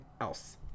else